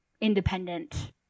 independent